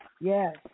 yes